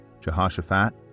Jehoshaphat